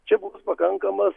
čia bus pakankamas